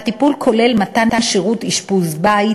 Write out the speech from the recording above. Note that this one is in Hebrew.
הטיפול כולל מתן שירות אשפוז-בית,